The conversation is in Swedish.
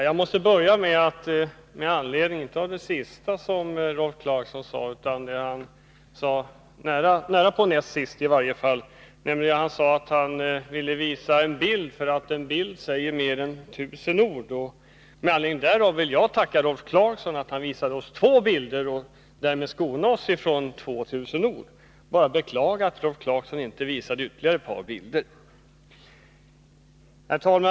Herr talman! Jag måste börja med inte det sista som Rolf Clarkson sade utan snarare det näst sista, nämligen att han ville visa en bild för att en bild säger mer än tusen ord. Men anledning därav vill jag tacka Rolf Clarkson för att han visade oss två bilder och därmed skonade oss från två tusen ord. Jag beklagar bara att Rolf Clarkson inte visade ytterligare ett par bilder. Herr talman!